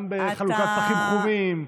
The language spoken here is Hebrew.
גם בחלוקת פחים חומים,